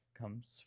comes